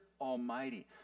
Almighty